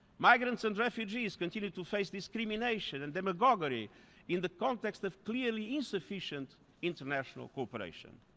migrants and refugees continue to face discrimination and demagoguery in the context of clearly insufficient international cooperation.